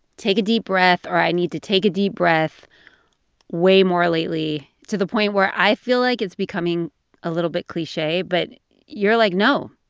take a deep breath, or, i need to take a deep breath way more lately, to the point where i feel like it's becoming a little bit cliche. but you're like, no,